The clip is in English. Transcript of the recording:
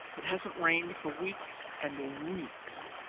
it hasn't rained for weeks and weeks.